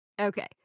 Okay